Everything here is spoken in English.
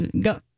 go